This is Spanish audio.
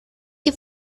que